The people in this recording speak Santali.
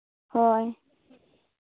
ᱦᱳᱭ